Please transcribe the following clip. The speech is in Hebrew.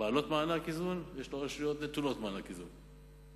בעלות מענק איזון ויש לו רשויות נטולות מענק איזון.